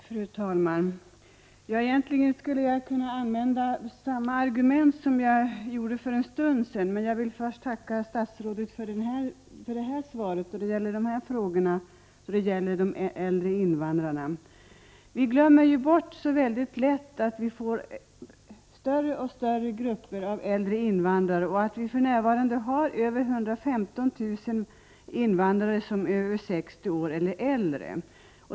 Fru talman! Egentligen skulle jag kunna argumentera på samma sätt som jag gjorde för en stund sedan. Men först vill jag tacka statsrådet för svaret på min fråga om de äldre invandrarna. Vi glömmer så lätt att gruppen äldre invandrare blir allt större. För närvarande har vi mer än 115 000 invandrare som är 60 år eller äldre.